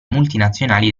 multinazionali